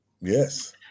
Yes